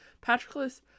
Patroclus